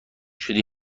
شدی